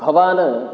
भवान्